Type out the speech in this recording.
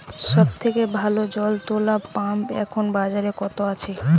সব থেকে ভালো জল তোলা পাম্প এখন বাজারে কত আছে?